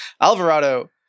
Alvarado